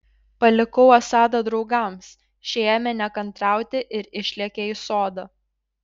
palikau asadą draugams šie ėmė nekantrauti ir išlėkė į sodą